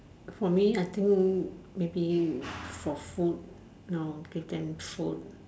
for me I think maybe for food know give them food